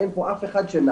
אין פה אף אחד שנח,